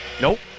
Nope